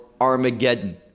Armageddon